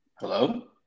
Hello